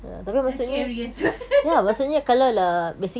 and scary as well